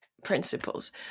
principles